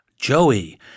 Joey